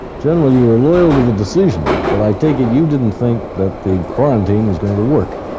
general, you were loyal to the decision, but i take it you didn't think that the quarantine was going to work?